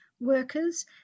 workers